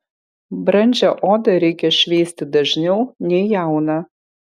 brandžią odą reikia šveisti dažniau nei jauną